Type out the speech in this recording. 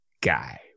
guy